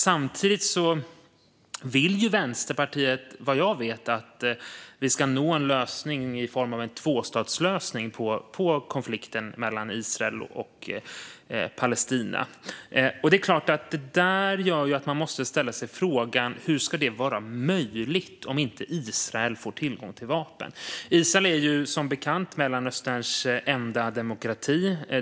Samtidigt vill Vänsterpartiet, vad jag vet, att vi ska nå en lösning i form av en tvåstatslösning på konflikten mellan Israel och Palestina. Det är klart att det gör att man måste ställa sig frågan: Hur ska det vara möjligt om inte Israel får tillgång till vapen? Israel är som bekant Mellanösterns enda demokrati.